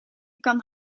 kan